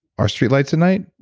our street lights at night,